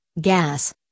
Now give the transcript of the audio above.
gas